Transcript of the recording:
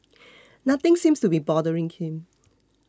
nothing seems to be bothering him